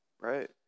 right